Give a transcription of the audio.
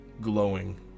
glowing